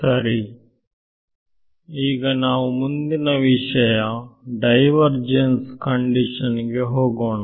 ಸರಿ ಈಗ ನಾವು ಮುಂದಿನ ವಿಷಯ ಡೈವರ್ಜೆನ್ಸ್ ಕಂಡಿಶನ್ ಗೆ ಹೋಗೋಣ